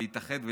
להתאחד איתם,